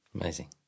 Amazing